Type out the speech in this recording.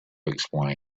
explain